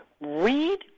read